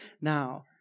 now